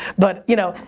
but, you know,